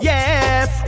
Yes